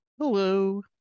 Hello